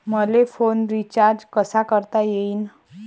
मले phone recharge कसा करता येईन?